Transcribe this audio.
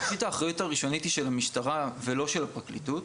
האחריות הראשונית היא של המשטרה ולא של הפרקליטות,